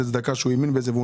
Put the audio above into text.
אין.